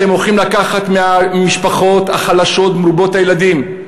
אתם הולכים לקחת מהמשפחות החלשות מרובות הילדים,